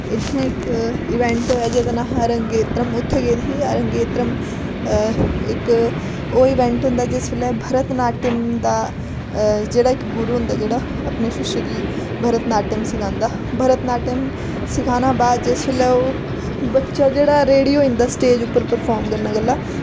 इत्थैं इक इवेंट होएआ जेह्दा नांऽ हा रंगेतरम उत्थैं गेदी ही रंगेतरम इक ओह् इवेंट होंदा जिस बेल्लै भरत नाट्यम दा जेह्ड़ा इक गुरू होंदा जेह्ड़ा अपने शिश्य गी भरत नाट्यम सखांदा भरत नाट्यम सिखाना बा जिस बेल्लै ओह् बच्चा जेह्ड़ा रेडी होई जंदा स्टेज उप्पर परफार्म करने गल्ला